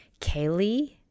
Kaylee